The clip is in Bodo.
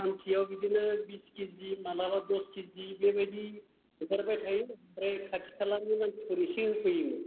सानसेआव बिदिनो बिस किजि मालाबा दस किजि बेबायदि ओंखारबाय थायो ओमफ्राय खाथि खालानि मानसिफोर एसे होफैयोमोन